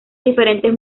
diferentes